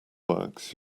works